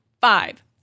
five